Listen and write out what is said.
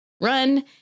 run